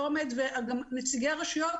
גם נציגי הרשויות